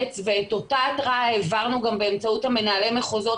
ואת אותה התראה העברנו גם באמצעות מנהלי המחוזות